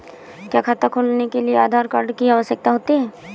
क्या खाता खोलने के लिए आधार कार्ड की आवश्यकता होती है?